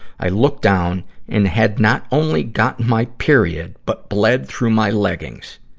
i looked down and had not only gotten my period, but bled through my leggings.